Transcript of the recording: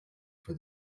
for